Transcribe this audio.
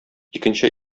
икенче